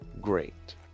great